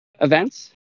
events